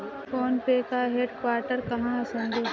Phone पे का headquarter कहां है संजू?